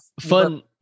fun